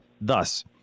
Thus